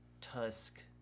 Tusk